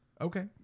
okay